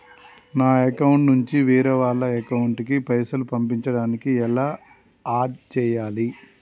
నా అకౌంట్ నుంచి వేరే వాళ్ల అకౌంట్ కి పైసలు పంపించడానికి ఎలా ఆడ్ చేయాలి?